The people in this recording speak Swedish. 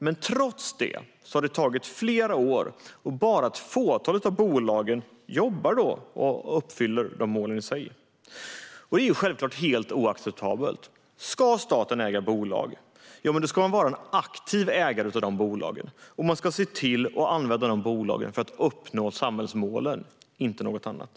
Men trots det har det tagit flera år, och bara ett fåtal av bolagen uppfyller målen i sig. Det är självklart helt oacceptabelt. Ska staten äga bolag ska man vara en aktiv ägare, och man ska se till att använda bolagen för att uppnå samhällsmålen, inte något annat.